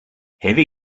heavy